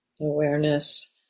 awareness